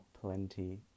plenty